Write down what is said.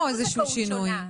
אין פה איזה שהוא שינוי.